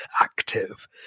active